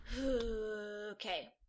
okay